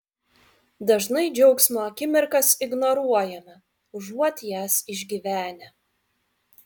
dažnai džiaugsmo akimirkas ignoruojame užuot jas išgyvenę